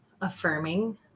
affirming